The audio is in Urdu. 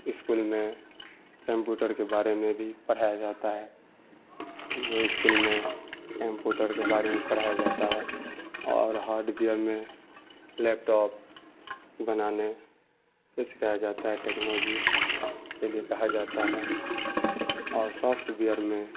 اسکول میں کمپیوٹر کے بارے میں بھی پڑھایا جاتا ہے جو اسکول میں کمپیوٹر کے بارے میں پڑھایا جاتا ہے اور ہارڈ وئیر میں لیپ ٹاپ بنانے کو سکھایا جاتا ہے ٹکنالوجی کے لیے کہا جاتا ہے اور سافٹ وئیر میں